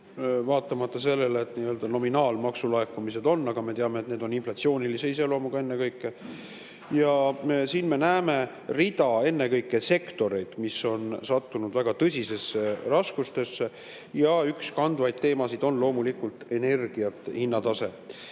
vaatamata sellele, et nii-öelda nominaalsed maksulaekumised on. Aga me teame, et need on inflatsioonilise iseloomuga ennekõike. Ja siin me näeme rida sektoreid, mis on sattunud väga tõsistesse raskustesse. Ja üks kandvaid teemasid on loomulikult energiahindade tase.